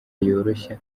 yoroshya